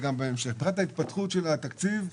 מבחינת ההתפתחות של התקציב,